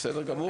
בסדר גמור.